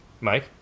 Mike